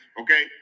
okay